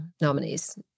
nominees